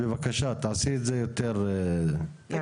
אז בבקשה תעשי את זה יותר בקצב.